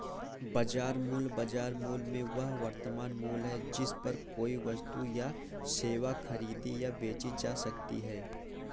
बाजार मूल्य, बाजार मूल्य में वह वर्तमान मूल्य है जिस पर कोई वस्तु या सेवा खरीदी या बेची जा सकती है